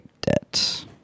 debt